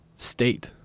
State